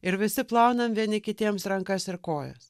ir visi plaunam vieni kitiems rankas ir kojas